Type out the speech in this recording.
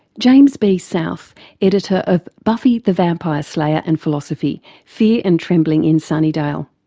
james b south editor of buffy the vampire slayer and philosophy, fear and trembling in sunnydale.